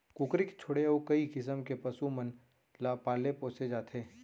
कुकरी के छोड़े अउ कई किसम के पसु मन ल पाले पोसे जाथे